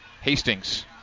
Hastings